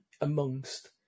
amongst